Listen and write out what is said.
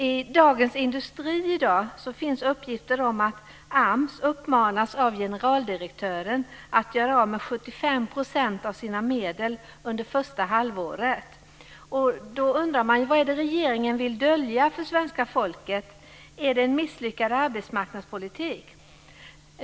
I Dagens Industri i dag finns uppgifter om att AMS av generaldirektören uppmanas att göra av med Då undrar man ju: Vad är det regeringen vill dölja för svenska folket? Är det en misslyckad arbetsmarknadspolitik?